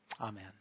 Amen